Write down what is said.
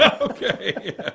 Okay